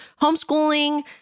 homeschooling